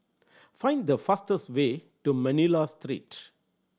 find the fastest way to Manila Street